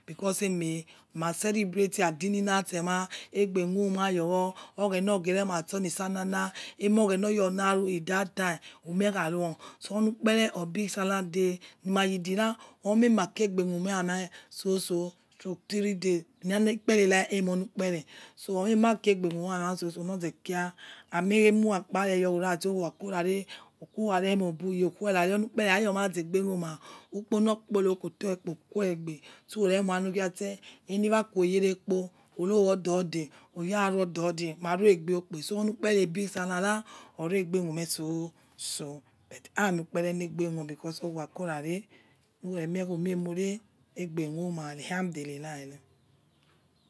Because eme ma celebrate adini natsema egbe mumayowo oghena ogere masto ni sallah na emioghena oyor narudatime umi ekaru o ukpere of big sallah day nimayidi ra omema kegbemume ma soso three day ikperero emonu kpere so omema kegbemume amasoso norzekia amiemurakpare awokhakorare urare moibuye ukuwra unukpere oyoma zegbuma ukpo nor kpe okotoekpa ukuegbe uremuanukise enowakueyerekpo urowa odode ya ruo dode so onukpere big sallah ra oregbe naume soso but anaoi ukpere negbe mume owokhakorare ukhamiumi emure egbemuma alihadulilah re.